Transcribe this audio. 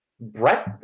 Brett